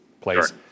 place